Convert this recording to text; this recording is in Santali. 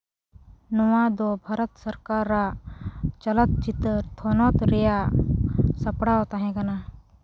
ᱱᱚᱣᱟ ᱫᱚ ᱵᱷᱟᱨᱚᱛ ᱥᱚᱨᱠᱟᱨᱟᱜ ᱪᱚᱞᱚᱛ ᱪᱤᱛᱟᱹᱨ ᱛᱷᱚᱱᱚᱛ ᱨᱮᱭᱟᱜ ᱥᱟᱯᱲᱟᱣ ᱛᱟᱦᱮᱸ ᱠᱟᱱᱟ